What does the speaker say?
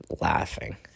laughing